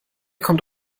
kommt